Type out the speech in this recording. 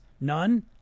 None